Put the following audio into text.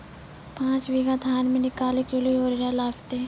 पाँच बीघा धान मे क्या किलो यूरिया लागते?